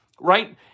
right